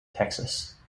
texas